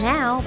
Now